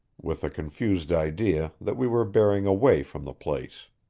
with a confused idea that we were bearing away from the place.